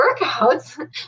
workouts